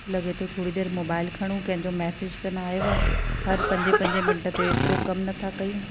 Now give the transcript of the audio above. लॻे थो थोरी देरि मोबाइल खणू कंहिंजो मेसिज त न आयो आहे हर पंजे पंजे मिंट ते एतिरो कम नथा कयूं